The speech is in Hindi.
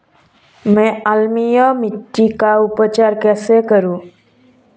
मैं अम्लीय मिट्टी का उपचार कैसे करूं?